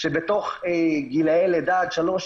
שבתוך גילאי לידה עד גיל 3,